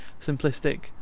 simplistic